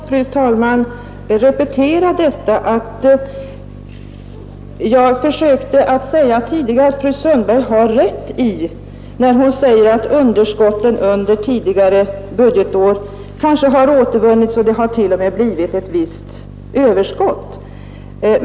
Fru talman! Jag försökte säga tidigare att fru Sundberg har rätt i att underskotten under tidigare budgetår har återvunnits och att det t.o.m. blivit ett visst överskott.